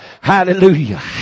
Hallelujah